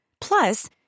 Plus